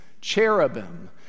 Cherubim